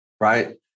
Right